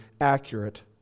accurate